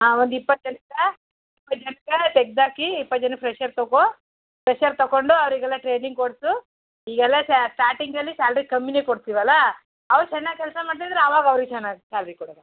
ಹಾಂ ಒಂದು ಇಪ್ಪತ್ತು ಜನಕ್ಕ ಇಪ್ಪತ್ತು ಜನಕ್ಕ ತೆಗೆದಾಕಿ ಇಪ್ಪತ್ತು ಜನ ಫ್ರೆಶರ್ ತಗೋ ಫ್ರೆಶರ್ ತಗೊಂಡು ಅವರಿಗೆಲ್ಲ ಟ್ರೈನಿಂಗ್ ಕೊಡಿಸು ಈಗ ಎಲ್ಲ ಸ್ಟಾಟಿಂಗಲ್ಲಿ ಸ್ಯಾಲ್ರಿ ಕಮ್ಮಿನೇ ಕೊಡ್ತೀವಲ್ಲ ಅವ್ರು ಚೆನ್ನಾಗಿ ಕೆಲಸ ಮಾಡ್ತಾಯಿದ್ರೆ ಆವಾಗ ಅವ್ರಿಗೆ ಚೆನ್ನಾಗಿ ಸ್ಯಾಲ್ರಿ ಕೊಡೋಣ